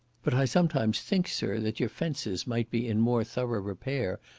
but i sometimes think, sir, that your fences might be in more thorough repair,